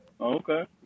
Okay